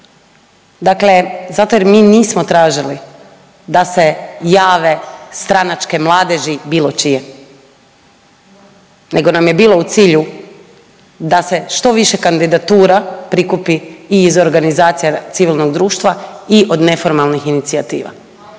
Dakle, zato jer mi nismo tražili da se jave stranačke mladeži bilo čije. Nego nam je bilo u cilju da se što više kandidatura prikupi i iz organizacija civilnog društva i od neformalnih inicijative